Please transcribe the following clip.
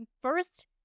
first